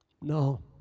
No